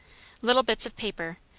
little bits of paper,